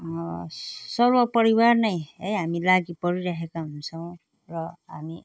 म सर्व परिवार नै है हामी लागिपरिरहेका हुन्छौँ र हामी